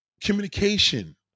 Communication